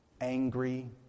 Angry